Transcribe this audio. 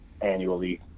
annually